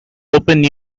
open